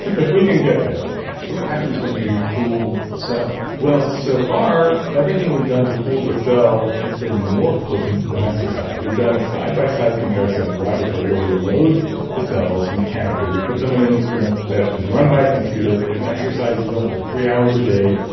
if we can get there! so what happens when you fool the cell? well, so far everything we've done to fool the cell has been more potent than exercise. we've done a side-by-side comparison in the laboratory where we load the cells mechanically, we put them in an instrument that is run by a computer, it exercises them for three hours a day,